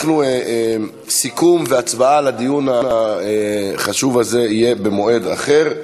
הצעות סיכום והצבעה על הדיון החשוב הזה יהיו במועד אחר.